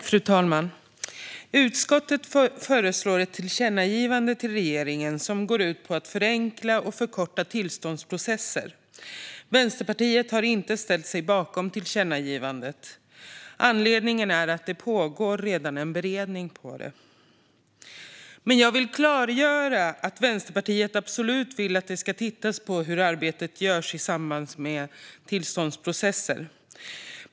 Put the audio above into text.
Fru talman! Utskottet föreslår ett tillkännagivande till regeringen som går ut på att förenkla och förkorta tillståndsprocesser. Vänsterpartiet har inte ställt sig bakom tillkännagivandet. Anledningen är att en beredning redan pågår. Jag vill dock klargöra att Vänsterpartiet absolut vill att man ska titta på hur arbetet utförs i samband med tillståndsprocesser.